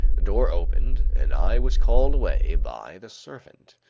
the door opened and i was called away by the servant.